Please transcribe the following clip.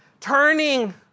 Turning